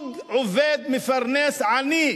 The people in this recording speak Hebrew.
זוג עובד מפרנס, עני.